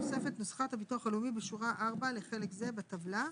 בתוספת נוסחת הביטוח הלאומי שבשורה 4 לחלק זה בטבלה.